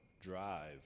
drive